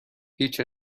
هیچ